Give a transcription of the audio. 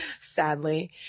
sadly